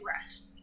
rest